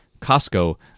Costco